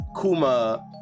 Kuma